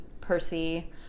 percy